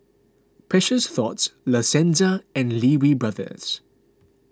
Precious Thots La Senza and Lee Wee Brothers